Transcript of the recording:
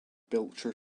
belcher